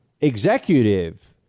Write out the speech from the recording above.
executive